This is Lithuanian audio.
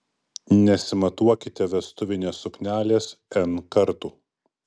nesimatuokite vestuvinės suknelės n kartų